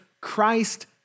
Christ